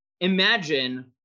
imagine